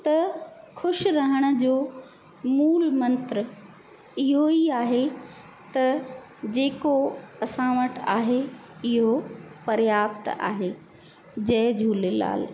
त ख़ुशि रहण जो मूल मंत्र इहो ई आहे त जेको असां वटि आहे इहो पर्याप्त आहे जय झूलेलाल